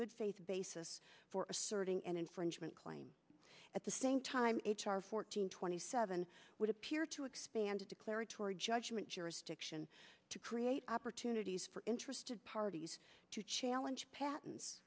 good faith basis for asserting an infringement claim at the same time h r fourteen twenty seven would appear to expand declaratory judgment jurisdiction to create opportunities for interested parties to challenge pa